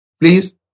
please